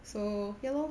so ya lor